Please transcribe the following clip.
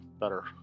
better